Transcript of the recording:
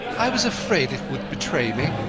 i was afraid it would betray me,